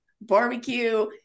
barbecue